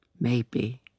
Maybe